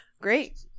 Great